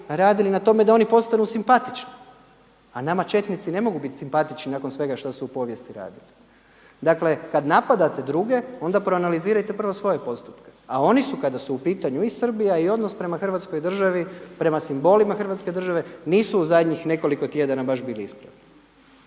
radili na tome da oni postanu simpatični. A nama četnici ne mogu biti simpatični nakon svega što su u povijesti radili. Dakle, kada napadate druge, onda proanalizirajte prvo svoje postupke, a oni su kada su u pitanju i Srbija, i odnos prema Hrvatskoj državi, prema simbolima Hrvatske države, nisu u zadnjih nekoliko tjedana baš bili ispravni.